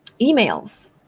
emails